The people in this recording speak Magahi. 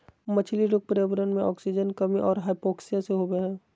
मछली रोग पर्यावरण मे आक्सीजन कमी और हाइपोक्सिया से होबे हइ